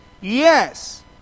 Yes